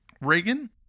Reagan